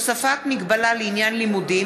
(הוספת מגבלה לעניין לימודים),